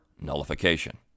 nullification